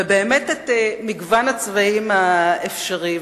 ובאמת כל מגוון הצבעים האפשרי.